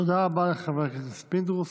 תודה רבה לחבר הכנסת פינדרוס.